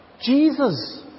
Jesus